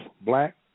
black